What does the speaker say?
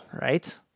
Right